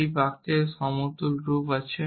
তবে এখানে বাক্যের সমতুল্য রূপ